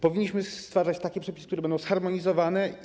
Powinniśmy stwarzać takie przepisy, które będą zharmonizowane.